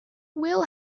will